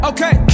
Okay